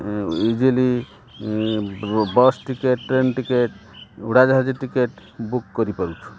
easily bus ticket train ticket ଉଡ଼ାଜାହାଜ ticket book କରିପାରୁଛୁ